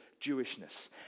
Jewishness